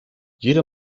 jede